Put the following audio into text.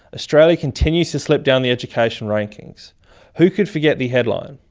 australia continues to slip down the education rankings who could forget the headline,